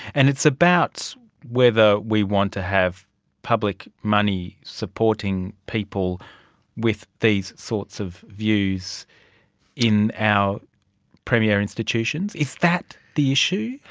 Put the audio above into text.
and it's about whether we want to have public money supporting people with these sorts of views in our premier institutions, is that the issue?